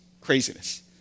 craziness